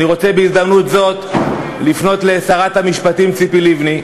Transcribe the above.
אני רוצה בהזדמנות זו לפנות לשרת המשפטים ציפי לבני,